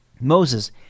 Moses